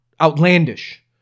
outlandish